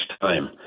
time